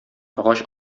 агач